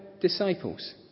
disciples